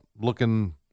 looking